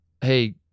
Hey